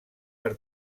per